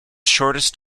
shortest